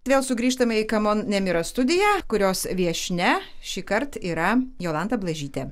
vėl sugrįžtame į cmon nemira studiją kurios viešnia šįkart yra jolanta blažytė